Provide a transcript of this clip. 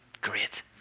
great